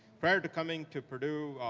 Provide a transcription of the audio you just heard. prior to coming to purdue,